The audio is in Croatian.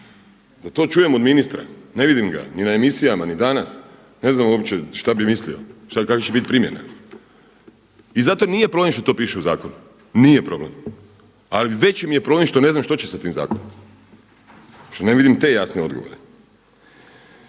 da to čujem od ministra. Ne vidim ga ni na emisijama, ni danas. Ne znam uopće šta bih mislio, kakva će bit primjena. I zato nije problem što to piše u zakonu, nije problem. Ali veći mi je problem što ne znam što će sa tim zakonom, što ne vidim te jasne odgovore.